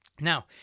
Now